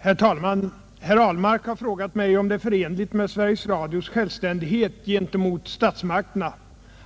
Herr talman! Herr Ahlmark har frågat mig om det är förenligt med Sveriges Radios självständighet gentemot statsmakterna